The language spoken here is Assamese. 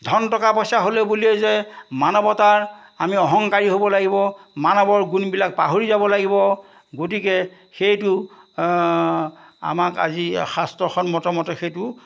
ধন টকা পইচা হ'লে বুলিয়ে যে মানৱতাৰ আমি অহংকাৰী হ'ব লাগিব মানৱৰ গুণবিলাক পাহৰি যাব লাগিব গতিকে সেইটো আমাক আজি শাস্ত্ৰসন্মতমতে সেইটো